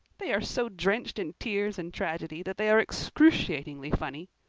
they are so drenched in tears and tragedy that they are excruciatingly funny.